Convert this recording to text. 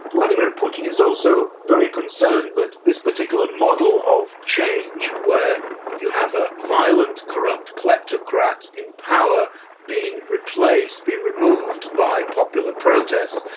vladimir putin is also very concerned that this particular model of change where you have a violent corrupt kleptocrat in power being replaced, being removed by popular protests,